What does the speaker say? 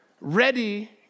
Ready